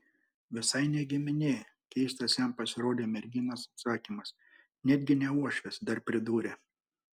visai ne giminė keistas jam pasirodė merginos atsakymas netgi ne uošvis dar pridūrė